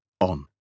on